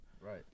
Right